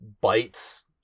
bites